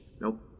Nope